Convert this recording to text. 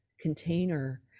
container